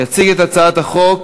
יציג את הצעת החוק